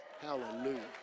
Hallelujah